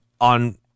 on